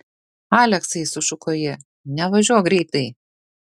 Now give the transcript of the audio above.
aleksai sušuko ji nevažiuok greitai